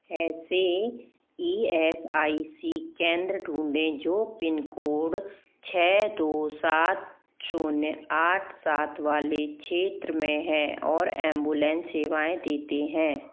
ऐसे E S I C केंद्र ढूँढें जो पिन कोड छः दो सात शून्य आठ सात वाले क्षेत्र में है और एंबुलेंस सेवाएँ देते हैं